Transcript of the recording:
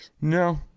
no